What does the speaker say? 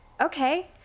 okay